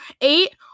eight